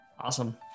Awesome